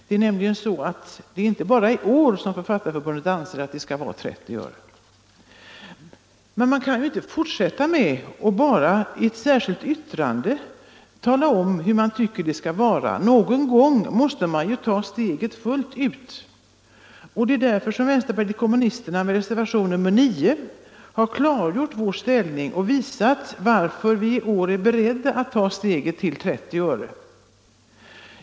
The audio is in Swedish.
Det är inte bara i år som Författarförbundet ansett att det skall utgå 30 öre. Men man kan inte fortsätta med att bara i ett särskilt yttrande tala om hur man tycker det bör vara; någon gång måste man ta steget fullt ut, och det är därför som vi i vänsterpartiet kommunisterna i reservationen 9 har klargjort vår inställning och visat varför vi i år är beredda att ta steget till 30 öre.